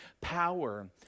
power